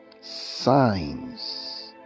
signs